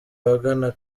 abagana